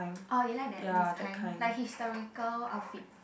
oh you like that those kind like historical outfit